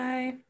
Bye